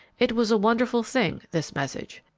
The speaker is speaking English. it was a wonderful thing this message.